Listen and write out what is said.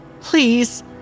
Please